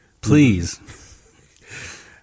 Please